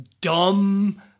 dumb